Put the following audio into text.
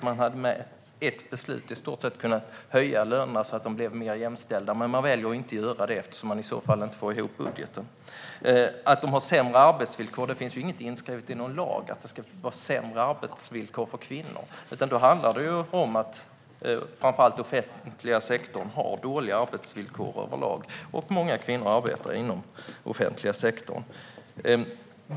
Man hade i stort sett med ett beslut kunnat höja lönerna så att de blev mer jämställda, men man väljer att inte göra det eftersom man i så fall inte får ihop budgeten. Att kvinnor har sämre arbetsvillkor finns det inget inskrivet i någon lag som säger, utan det handlar om att framför allt den offentliga sektorn har dåliga arbetsvillkor överlag, och många kvinnor arbetar inom den offentliga sektorn.